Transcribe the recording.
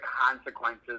consequences